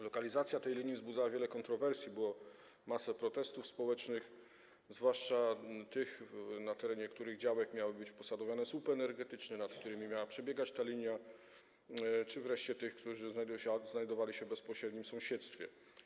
Lokalizacja tej linii wzbudzała wiele kontrowersji, było masę protestów społecznych, zwłaszcza tych, na których działkach miały być posadowione słupy energetyczne, nad którymi miała przebiegać ta linia czy wreszcie tych, którzy znajdują się albo znajdowali się w bezpośrednim sąsiedztwie.